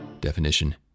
Definition